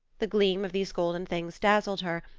the gleam of these golden things dazzled her,